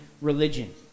religion